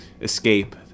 Escape